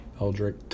Eldrick